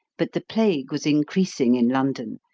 but the plague was increasing in london,